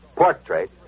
Portrait